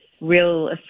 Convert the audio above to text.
real